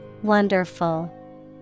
Wonderful